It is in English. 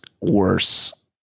worse